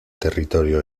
territorio